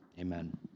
amen